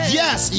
yes